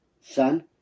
Son